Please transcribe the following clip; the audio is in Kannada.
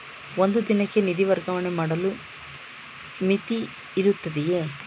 ಒಂದು ದಿನಕ್ಕೆ ನಿಧಿ ವರ್ಗಾವಣೆ ಮಾಡಲು ಮಿತಿಯಿರುತ್ತದೆಯೇ?